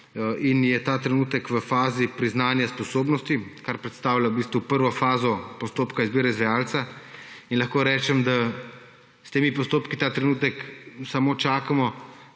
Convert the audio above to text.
in je ta trenutek v fazi priznanja sposobnosti, kar predstavlja v bistvu prvo fazo postopka izbire izvajalca. Lahko rečem, da s temi postopki ta trenutek samo čakamo,